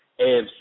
AFC